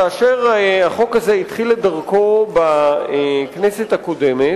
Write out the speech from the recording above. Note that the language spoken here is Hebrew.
כאשר החוק הזה התחיל את דרכו בכנסת הקודמת,